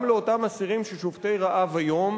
גם לאותם אסירים שהם שובתי רעב היום.